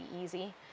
easy